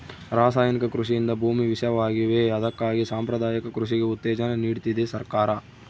ರಾಸಾಯನಿಕ ಕೃಷಿಯಿಂದ ಭೂಮಿ ವಿಷವಾಗಿವೆ ಅದಕ್ಕಾಗಿ ಸಾಂಪ್ರದಾಯಿಕ ಕೃಷಿಗೆ ಉತ್ತೇಜನ ನೀಡ್ತಿದೆ ಸರ್ಕಾರ